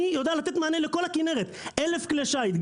אני יודע לתת מענה לכל הכנרת, 1000 כלי שיט.